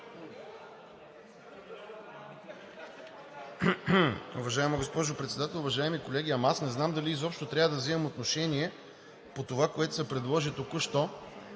Уважаема госпожо Председател, уважаеми колеги! Аз не знам дали изобщо трябва да взимам отношение по това, което се предложи току-що,